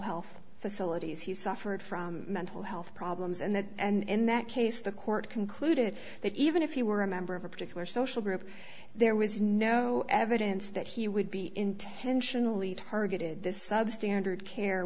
health facilities he suffered from mental health problems and in that case the court concluded that even if you were a member of a particular social group there was no evidence that he would be intentionally targeted this sub standard care